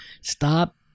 stop